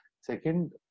Second